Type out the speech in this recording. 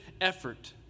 effort